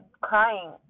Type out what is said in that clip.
crying